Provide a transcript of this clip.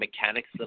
mechanics